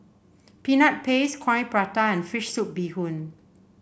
Peanut Paste Coin Prata and fish soup Bee Hoon